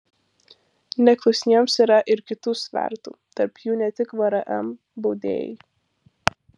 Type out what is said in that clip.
neklusniems yra ir kitų svertų tarp jų ne tik vrm baudėjai